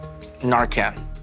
Narcan